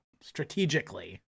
strategically